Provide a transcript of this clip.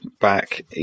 back